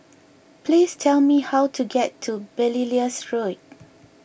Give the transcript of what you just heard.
please tell me how to get to Belilios Road